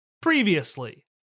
Previously